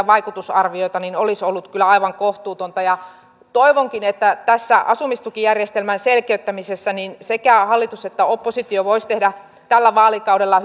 vaikutusarvioita olisi ollut kyllä aivan kohtuutonta toivonkin että tässä asumistukijärjestelmän selkeyttämisessä sekä hallitus että oppositio voisi tehdä tällä vaalikaudella